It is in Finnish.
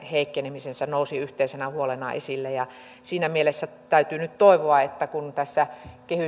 heikkeneminen nousi yhteisenä huolena esille ja siinä mielessä täytyy nyt toivoa että kun tässä